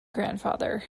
grandfather